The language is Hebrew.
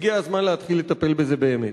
הגיע הזמן להתחיל לטפל בזה באמת.